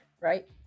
right